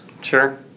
Sure